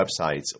websites